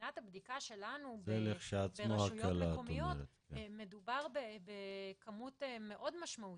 מבחינת הבדיקה שלנו ברשויות מקומיות מדובר בכמות מאות משמעותית.